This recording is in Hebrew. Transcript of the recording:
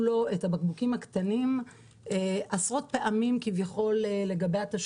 לו את הבקבוקים הקטנים עשרות פעמים בשביל התשלומים.